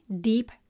deep